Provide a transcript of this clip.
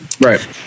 Right